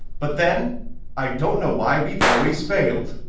but then i don't know why we've always failed.